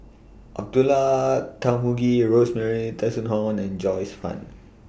Abdullah Tarmugi Rosemary Tessensohn and Joyce fan